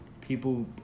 people